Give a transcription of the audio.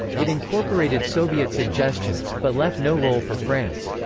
it incorporated soviet suggestions but left no role for france.